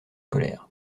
scolaires